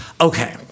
Okay